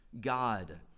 God